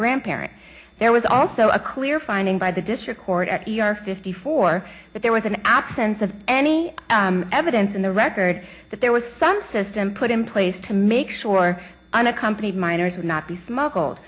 grandparent there was also a clear finding by the district court at your fifty four but there was an absence of any evidence in the record that there was some system put in place to make sure i'm accompanied minors would not be smuggled